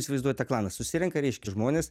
įsivaizduoji tą klaną susirenka reiškia žmonės